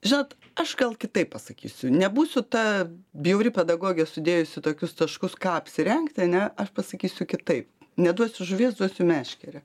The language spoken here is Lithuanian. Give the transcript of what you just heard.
žinot aš gal kitaip pasakysiu nebūsiu ta bjauri pedagogė sudėjusi tokius taškus ką apsirengti ane aš pasakysiu kitaip neduosiu žuvies duosiu meškerę